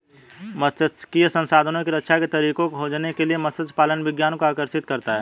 मात्स्यिकी संसाधनों की रक्षा के तरीकों को खोजने के लिए मत्स्य पालन विज्ञान को आकर्षित करता है